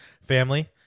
family